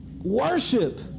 Worship